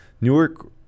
Newark